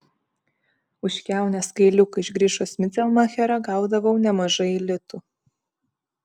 už kiaunės kailiuką iš grišos micelmacherio gaudavau nemažai litų